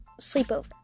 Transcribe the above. sleepover